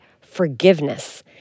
forgiveness